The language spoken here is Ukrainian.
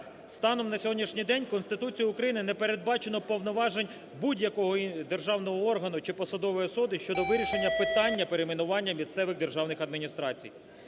станом на сьогоднішній день в Конституції України не передбачено повноважень будь-якого державного органу чи посадової особи щодо вирішення питання перейменування місцевих державних адміністрацій.